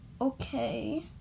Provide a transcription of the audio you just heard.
Okay